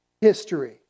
history